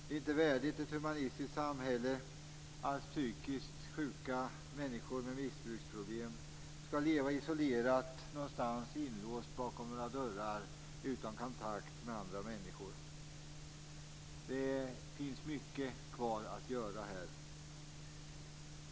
Det är inte värdigt ett humanistiskt samhälle att psykiskt sjuka människor med missbruksproblem skall leva isolerade och inlåsta bakom några dörrar utan kontakt med andra människor. Det finns mycket kvar att göra här.